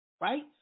Right